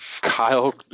Kyle